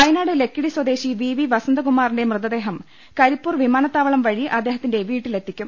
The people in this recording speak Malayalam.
വയനാട് ലക്കിടി സ്വദേശി വി വസന്ത കുമാറിന്റെ മൃതദേഹം കരിപ്പൂർ വിമാനത്താവളം വഴി അദ്ദേ ഹ ത്തിന്റെ വീട്ടിലെത്തിക്കും